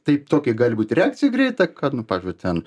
taip tokia gali būt reakcija greita kad nu pavyzdžiui ten